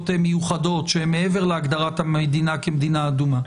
מיוחדות שהן מעבר להגדרת המדינה כמדינה אדומה.